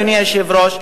אדוני היושב-ראש,